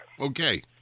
Okay